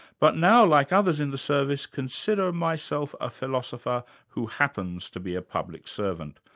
but now, like others in the service, consider myself a philosopher who happens to be a public servant.